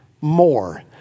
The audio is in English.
more